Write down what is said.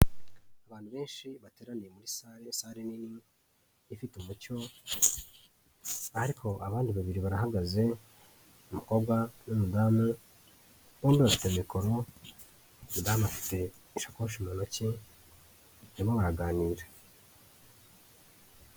Abantu benshi bateraniye muri sare, sare nini, ifite umucyo, ariko abandi babiri barahagaze umukobwa n'umudamu bombi bafite mikoro, umudamu afite ishakoshi mu ntoki barimo baraganira.